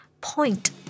point